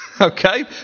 Okay